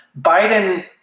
Biden